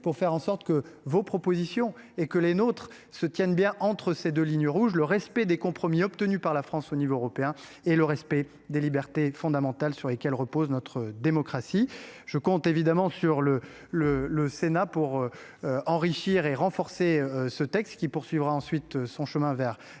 nos débats afin que vos propositions et les nôtres se tiennent bien entre ces deux lignes rouges : le respect des compromis obtenus par la France au niveau européen et le respect des libertés fondamentales sur lesquelles repose notre démocratie. Je compte évidemment sur le Sénat pour enrichir et renforcer ce texte, qui suivra ensuite son chemin vers l’Assemblée